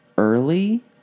early